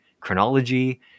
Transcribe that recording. chronology